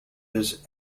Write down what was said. his